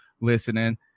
listening